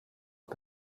aux